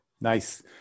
Nice